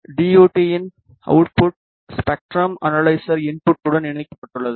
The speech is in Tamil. டி யு டி இன் அவுட்புட் ஸ்பெக்ட்ரம் அனலைசர் இன்புட்டுடன் இணைக்கப்பட்டுள்ளது